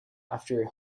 after